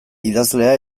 idazlea